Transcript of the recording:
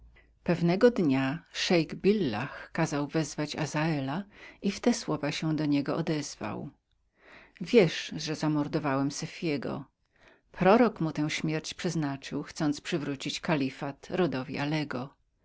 pewnego dnia szeik billah kazał wezwać azela i w te słowa się do niego odezwał wiesz że zamordowałem sefiego prorok mu tę śmierć przeznaczył chcąc kiedyś powrócić kalifat rodowi alego